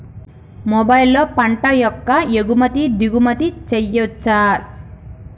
మొబైల్లో పంట యొక్క ఎగుమతి దిగుమతి చెయ్యచ్చా?